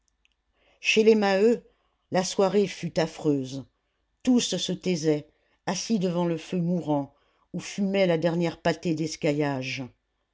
chez les maheu la soirée fut affreuse tous se taisaient assis devant le feu mourant où fumait la dernière pâtée